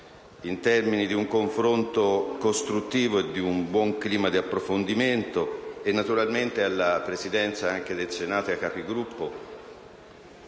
in termini di un confronto costruttivo e in un buon clima di approfondimento, e naturalmente alla Presidenza del Senato e ai Capigruppo,